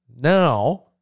Now